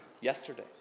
Yesterday